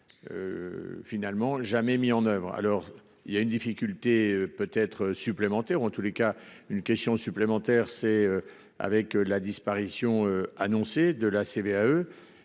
Finalement, jamais mis en oeuvre. Alors il y a une difficulté peut être supplémentaires en tous les cas une question supplémentaire c'est avec la disparition annoncée de la CVAE.